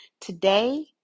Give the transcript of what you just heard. Today